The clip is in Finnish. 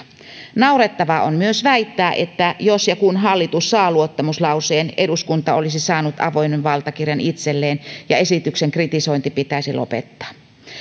naurettavaa on myös väittää että jos ja kun hallitus saa luottamuslauseen eduskunta olisi saanut avoimen valtakirjan itselleen ja esityksen kritisointi pitäisi lopettaa